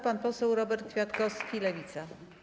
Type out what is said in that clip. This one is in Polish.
Pan poseł Robert Kwiatkowski, Lewica.